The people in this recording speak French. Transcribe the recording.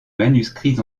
manuscrits